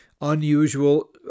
unusual